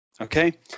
Okay